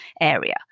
area